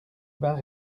vingt